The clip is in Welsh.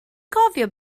cofio